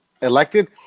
elected